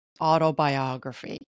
Autobiography